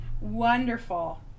Wonderful